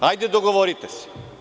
Hajde, dogovorite se.